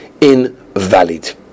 invalid